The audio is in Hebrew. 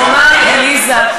והוא אמר לי: עליזה,